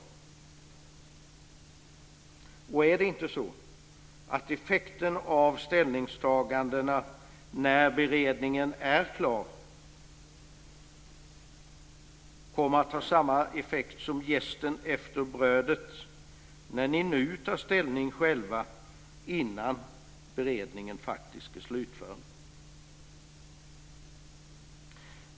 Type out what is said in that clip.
Kommer inte effekten av ställningstagandena, när beredningen är klar, att vara som jästen efter brödet när ni nu själva tar ställning innan beredningen faktiskt är slutförd?